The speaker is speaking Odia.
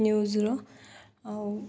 ନ୍ୟୁଜ୍ର ଆଉ